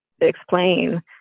explain